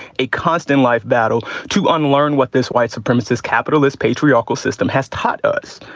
a constant life battle to unlearn what this white supremacist, capitalist patriarchal system has taught us.